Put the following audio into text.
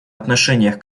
отношениях